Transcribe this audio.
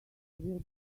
will